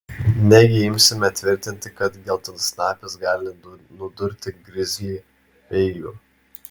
negi imsite tvirtinti kad geltonsnapis gali nudurti grizlį peiliu